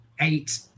eight